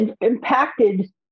impacted